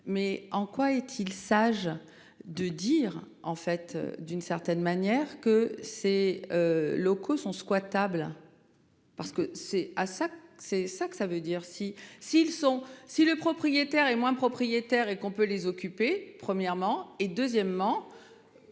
Mais en quoi est-il sage de dire en fait d'une certaine manière, que ces. Locaux sont squat table. Parce que c'est, ah ça c'est ça que ça veut dire si, s'ils sont si le propriétaire est moins propriétaire et qu'on peut les occuper premièrement et deuxièmement.